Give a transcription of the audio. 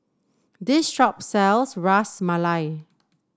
this shop sells Ras Malai